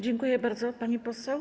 Dziękuję bardzo, pani poseł.